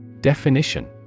Definition